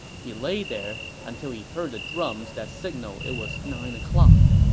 he lay there until he heard the drums that signaled it was nine o'clock.